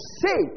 say